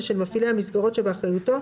ושל מפעילי המסגרות שבאחריותו,